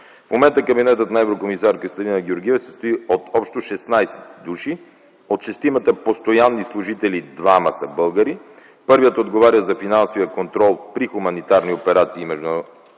В момента кабинетът на еврокомисар Кристалина Георгиева се състои от общо 16 души. От шестимата постоянни служители двама са българи. Първият отговаря за финансовия контрол при хуманитарни операции и правните